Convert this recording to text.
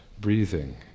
breathing